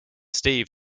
steve